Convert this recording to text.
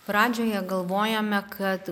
pradžioje galvojome kad